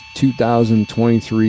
2023